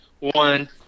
One